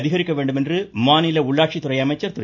அதிகரிக்க வேண்டும் என மாநில உள்ளாட்சித்துறை அமைச்சர் திரு